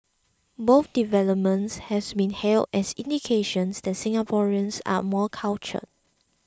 both developments has been hailed as indications that Singaporeans are more cultured